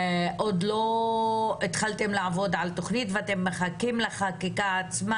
שעוד לא התחלתם לעבוד על תוכנית ושאתם מחכים לחקיקה עצמה